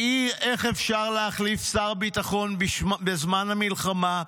כי איך אפשר להחליף שר ביטחון בזמן המלחמה,